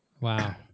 Wow